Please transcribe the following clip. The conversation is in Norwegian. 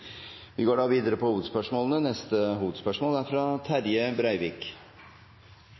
Vi går videre til neste hovedspørsmål.